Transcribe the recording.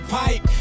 pipe